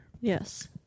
Yes